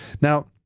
Now